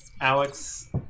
Alex